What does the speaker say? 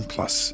Plus